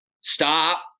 stop